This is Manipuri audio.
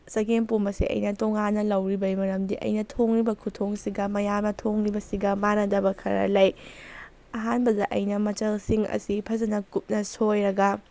ꯆꯒꯦꯝꯄꯣꯝꯕꯁꯦ ꯑꯩꯅ ꯇꯣꯉꯥꯟꯅ ꯂꯧꯔꯤꯕꯒꯤ ꯃꯔꯝꯗꯤ ꯑꯩꯅ ꯊꯣꯡꯉꯤꯕ ꯈꯨꯠꯊꯣꯡꯁꯤꯒ ꯃꯌꯥꯝꯅ ꯊꯣꯡꯉꯤꯕꯁꯤꯒ ꯃꯥꯅꯗꯕ ꯈꯔ ꯂꯩ ꯑꯍꯥꯟꯕꯗ ꯑꯩꯅ ꯃꯆꯜꯁꯤꯡ ꯑꯁꯤ ꯐꯖꯅ ꯀꯨꯞꯅ ꯁꯣꯏꯔꯒ